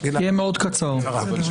רק אם אתה יכול --- יהיה קצר מאוד.